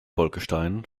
bolkestein